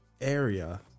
area